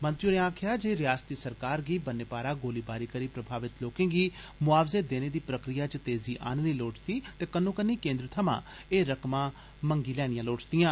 मंत्री होरें आक्खेआ जे रयासती सरकार गी बन्ने पारा गोलीबारी करी प्रभावित लोकें गी मुआवजे देने दी प्रक्रिया च तेजी आननी लोड़चदी तेतुरत केंद्र थमां एह् रकमां हासल करी लैनियां लोड़चदियां